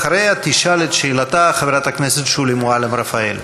אחריה תשאל את שאלתה חברת הכנסת שולי מועלם-רפאלי,